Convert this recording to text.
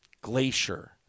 glacier